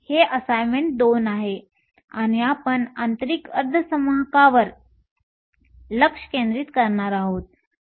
हे असाइनमेंट 2 आहे आणि आपण आंतरिक अर्धवाहकांवर लक्ष केंद्रित करणार आहोत